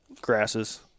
grasses